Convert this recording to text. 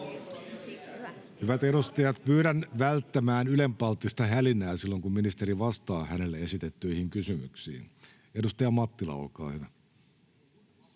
Hyvät edustajat, pyydän välttämään ylenpalttista hälinää silloin, kun ministeri vastaa hänelle esitettyihin kysymyksiin. — Edustaja Mattila, olkaa hyvä.